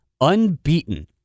unbeaten